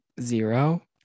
Zero